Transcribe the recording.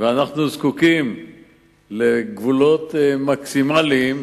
ואנחנו זקוקים לגבולות מקסימליים,